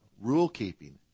rule-keeping